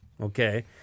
Okay